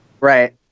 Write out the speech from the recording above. Right